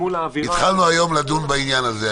התחלנו היום לדון בעניין הזה.